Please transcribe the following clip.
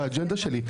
באג'נדה שלי.